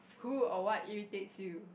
who or what irritates you